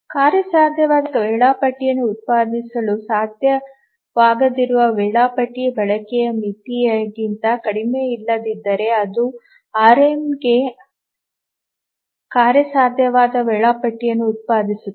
ಕಾರ್ಯಸಾಧ್ಯವಾದ ವೇಳಾಪಟ್ಟಿಯನ್ನು ಉತ್ಪಾದಿಸಲು ಸಾಧ್ಯವಾಗದಿರುವ ವೇಳಾಪಟ್ಟಿ ಬಳಕೆಯ ಮಿತಿಗಿಂತ ಕಡಿಮೆಯಿಲ್ಲದಿದ್ದರೆ ಅದು ಆರ್ಎಂಎಗೆ ಕಾರ್ಯಸಾಧ್ಯವಾದ ವೇಳಾಪಟ್ಟಿಯನ್ನು ಉತ್ಪಾದಿಸುತ್ತದೆ